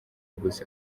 gusa